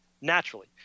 naturally